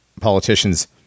politicians